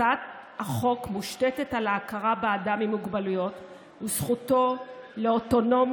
הצעת החוק מושתתת על ההכרה באדם עם מוגבלויות ובזכותו לאוטונומיה,